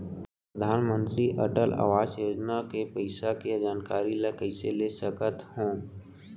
मोर परधानमंतरी अटल आवास योजना के पइसा के जानकारी ल कइसे ले सकत हो?